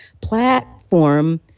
platform